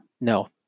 no